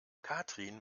katrin